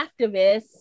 activists